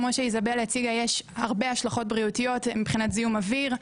כמו שאיזבלה הציגה יש הרבה השלכות בריאותיות מבחינת זיהום אוויר,